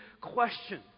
question